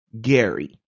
Gary